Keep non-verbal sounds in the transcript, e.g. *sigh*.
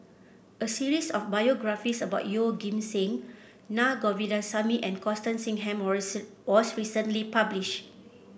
a series of biographies about Yeoh Ghim Seng Na Govindasamy and Constance Singam *unintelligible* was recently published